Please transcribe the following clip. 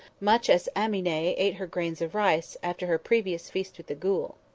much as amine ate her grains of rice after her previous feast with the ghoul.